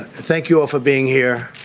thank you all for being here.